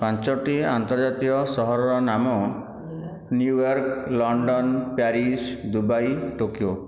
ପାଞ୍ଚୋଟି ଆନ୍ତର୍ଜାତୀୟ ସହରର ନାମ New York London Paris Dubai Tokyo